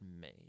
made